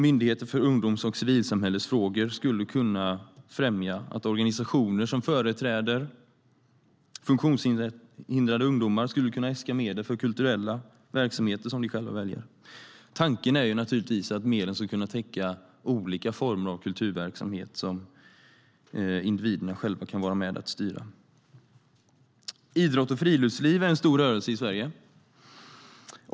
Myndigheten för ungdoms och civilsamhällesfrågor skulle kunna främja att organisationer som företräder funktionshindrade ungdomar ska kunna äska medel för kulturella verksamheter som de själva väljer. Tanken är naturligtvis att medlen ska kunna täcka olika former av kulturverksamhet som individerna själva kan vara med och styra. Idrott och friluftsliv är en stor rörelse i Sverige.